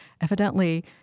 evidently